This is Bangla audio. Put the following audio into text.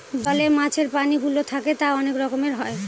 জলে মাছের প্রাণীগুলো থাকে তা অনেক রকমের হয়